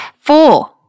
four